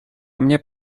mnie